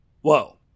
Whoa